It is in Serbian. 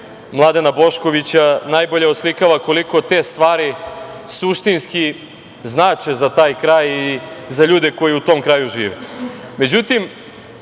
Mladena Boškovića najbolje oslikava koliko te stvari suštinski znače za taj kraj i za ljude koji u tom kraju